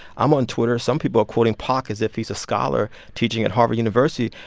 i'm on twitter. some people are quoting pac as if he's a scholar teaching at harvard university.